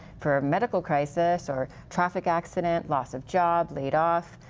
for medical crisis, or traffic accident, loss of job, laid off,